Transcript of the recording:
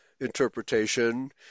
interpretation